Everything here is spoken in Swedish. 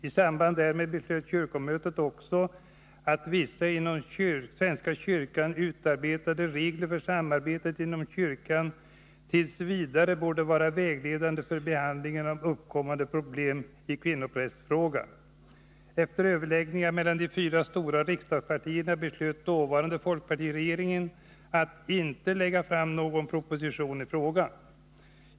I samband därmed beslöt kyrkomötet också att vissa inom svenska kyrkan utarbetade regler för samarbetet inom kyrkan t. v. borde vara vägledande för behandlingen av uppkommande problem i kvinnoprästfrågan. Efter överläggningar mellan de fyra stora riksdagspartierna beslöt den dåvarande folkpartiregeringen att inte lägga fram någon proposition i frågan.